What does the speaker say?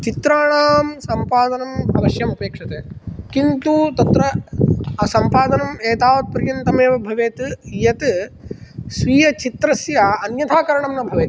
चित्राणां सम्पादनमवश्यम् अपेक्षते किन्तु तत्र अ सम्पादनम् एतावत्पर्यन्तम् एव भवेत् यत् स्वीयचित्रस्य अन्यथाकरणं न भवेत्